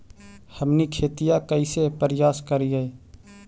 हमनी खेतीया कइसे परियास करियय?